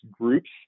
groups